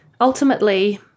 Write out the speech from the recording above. Ultimately